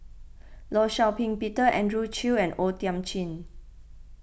Law Shau Ping Peter Andrew Chew and O Thiam Chin